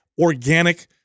organic